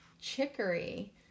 Chicory